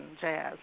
Jazz